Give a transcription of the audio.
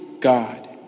God